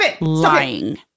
lying